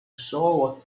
show